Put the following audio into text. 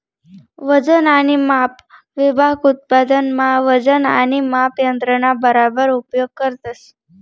वजन आणि माप विभाग उत्पादन मा वजन आणि माप यंत्रणा बराबर उपयोग करतस